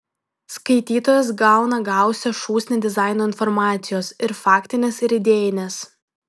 skaitytojas gauna gausią šūsnį dizaino informacijos ir faktinės ir idėjinės